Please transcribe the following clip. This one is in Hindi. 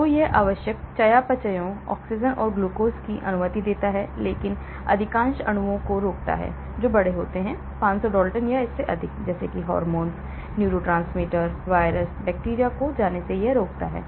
तो यह आवश्यक चयापचयों ऑक्सीजन और ग्लूकोज की अनुमति देता है लेकिन अधिकांश अणुओं को रोकता है जो बड़े होते हैं 500 Daltons या अधिक जैसे हार्मोन न्यूरोट्रांसमीटर वायरस बैक्टीरिया को जाने से रोका जाता है